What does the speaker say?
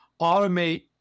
automate